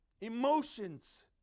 emotions